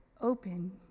open